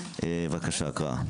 בבקשה, הקראה.